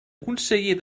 conseller